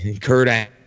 Kurt